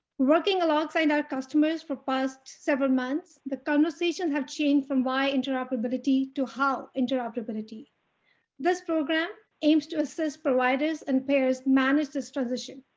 working alongside our customers for past several months, the conversation have changed from why interoperability to how interoperability this program aims to assist providers and payers manage this transition